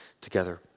together